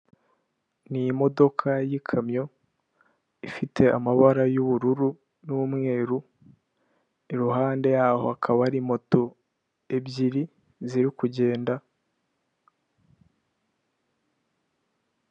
Ni imodoka y'ikamyo ifite amabara y'ubururu n'umweru, iruhande yaho hakaba hari moto ebyiri ziri kugenda.